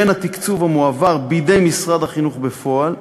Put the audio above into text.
בין התקציב המועבר מידי משרד החינוך בפועל,